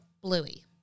Bluey